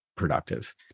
productive